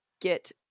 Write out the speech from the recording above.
get